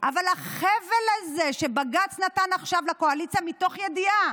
אבל החבל הזה שבג"ץ נתן עכשיו לקואליציה מתוך ידיעה,